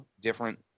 different